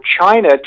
China